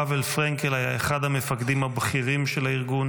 פאוול פרנקל היה אחד המפקדים הבכירים של הארגון,